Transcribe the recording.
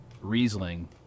Riesling